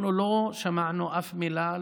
לא שמענו אף מילה,